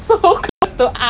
and then anirudh